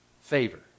Favor